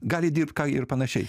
gali dirbt ką ir panašiai